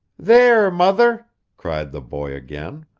there, mother cried the boy, again.